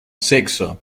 sexo